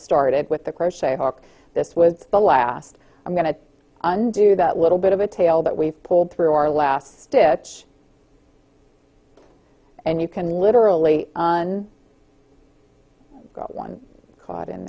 started with the crochet arc this was the last i'm going to undo that little bit of a tale that we've pulled through our last stitch and you can literally on one caught in